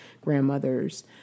grandmothers